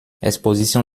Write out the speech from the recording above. exposition